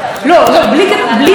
בלי עניין של פילוג,